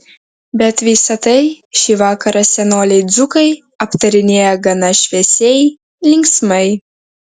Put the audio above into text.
bet visa tai šį vakarą senoliai dzūkai aptarinėja gana šviesiai linksmai